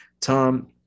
Tom